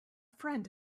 friend